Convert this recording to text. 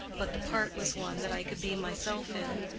but the part was one that i could be myself in,